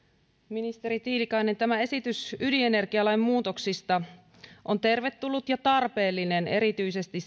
ministeri tiilikainen tämä esitys ydinenergialain muutoksista on tervetullut ja tarpeellinen erityisesti